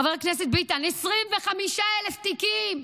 חבר הכנסת ביטן, 25,000 תיקים.